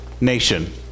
nation